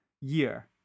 year